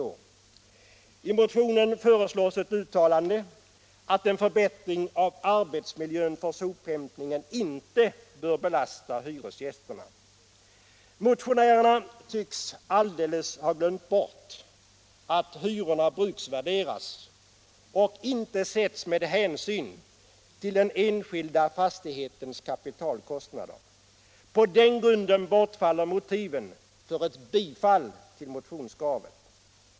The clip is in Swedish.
I motionen föreslås ett uttalande att en förbättring av arbetsmiljön för sophämtningen inte bör belasta hyresgästerna. Motionärerna tycks alldeles ha glömt bort att hyrorna bruksvärderas och inte sätts med hänsyn till den enskilda fastighetens kapitalkostnader. På den grunden faller motiven för ett bifall till motionskravet.